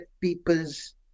people's